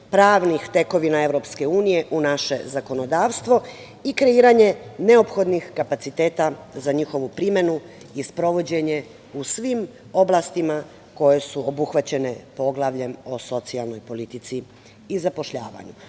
pravnih tekovina Evropske unije u naše zakonodavstvo i kreiranje neophodnih kapaciteta za njihovu primenu i sprovođenje u svim oblastima koje su obuhvaćene Poglavljem o socijalnoj politici i zapošljavanju. Osnovni